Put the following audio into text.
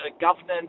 governance